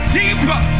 deeper